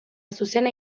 zuzena